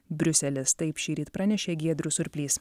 briuselis taip šįryt pranešė giedrius surplys